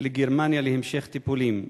לגרמניה להמשך טיפולים.